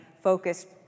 focused